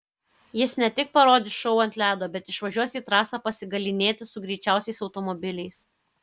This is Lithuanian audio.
jis ne tik parodys šou ant ledo bet išvažiuos į trasą pasigalynėti su greičiausiais automobiliais